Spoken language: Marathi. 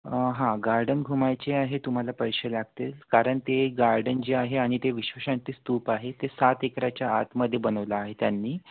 हां गार्डन घुमायचे आहे तुम्हाला पैसे लागते कारण ते गार्डन जे आहे आणि ते विश्वशांती स्तूप आहे ते सात एकराच्या आतमध्ये बनवलं आहे त्यांनी